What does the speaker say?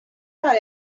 got